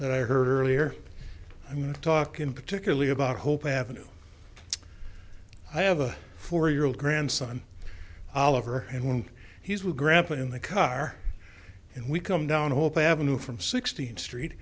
that i heard earlier i mean talking particularly about hope avenue i have a four year old grandson oliver and when he's with grandpa in the car and we come down hope avenue from sixteenth street